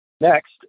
Next